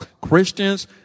Christians